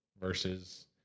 versus